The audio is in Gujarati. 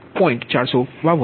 452 એટલે કે 0